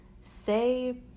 say